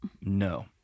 No